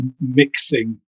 mixing